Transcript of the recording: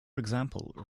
example